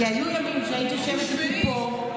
כי היו ימים שבהם היית יושבת איתי פה,